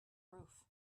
roof